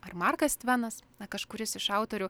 ar markas tvenas kažkuris iš autorių